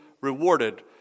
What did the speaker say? rewarded